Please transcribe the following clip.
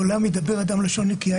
לעולם ידבר אדם לשון נקייה.